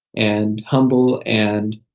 and humble and